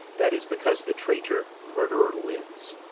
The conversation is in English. that is because the traitor murderer lives.